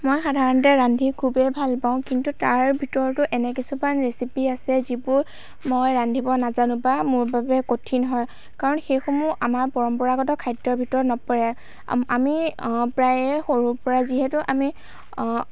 মই সাধাৰণতে ৰান্ধি খুবেই ভাল পাওঁ কিন্তু তাৰ ভিতৰতো এনে কিছুমান ৰেচিপি আছে যিবোৰ মই ৰান্ধিব নাজানো বা মোৰ বাবে কঠিন হয় কাৰণ সেইসমূহ আমাৰ পৰম্পৰাগত খাদ্যৰ ভিতৰত নপৰে আমি প্ৰায়ে সৰুৰে পৰা যিহেতু আমি